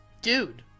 Dude